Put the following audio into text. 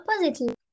positive